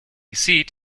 seat